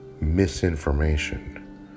misinformation